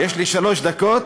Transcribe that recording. יש לי שלוש דקות.